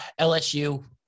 LSU